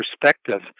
perspective